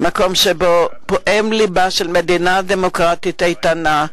מקום שבו פועם לבה של מדינה דמוקרטית איתנה,